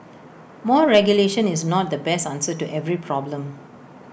more regulation is not the best answer to every problem